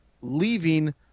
leaving